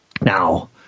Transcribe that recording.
Now